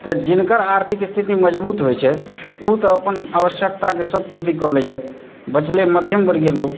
तऽ जिनकर आर्थिक स्थिति मजबूत होइत छै ओ तऽ अपन आवश्यकताके सभ पूर्ति कऽ लइए बचलै मध्यम वर्गीय लोग